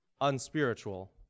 unspiritual